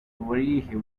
worry